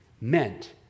meant